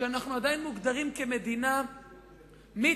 שאנחנו עדיין מוגדרים מדינה מתפתחת,